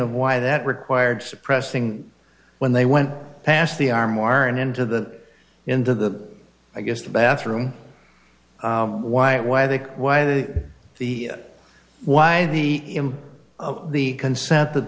of why that required suppressing when they went past the arm or into the into the i guess the bathroom why it why they why they the why the of the consent that